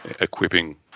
equipping